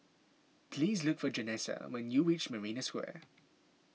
please look for Janessa when you reach Marina Square